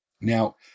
Now